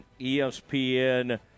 ESPN